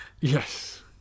yes